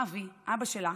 אבי, אבא שלה,